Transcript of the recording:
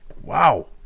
Wow